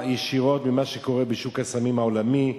ישירות ממה שקורה בשוק הסמים העולמי.